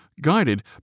guided